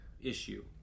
issue